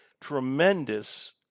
tremendous